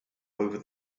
over